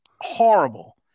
horrible